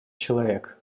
человек